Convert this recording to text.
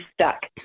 stuck